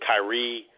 Kyrie